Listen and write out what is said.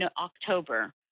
October